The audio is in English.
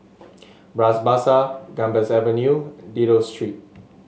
Bras Basah Gambas Avenue Dido Street